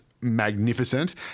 Magnificent